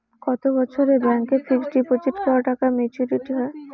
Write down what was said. কত বছরে ব্যাংক এ ফিক্সড ডিপোজিট করা টাকা মেচুউরিটি হয়?